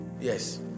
yes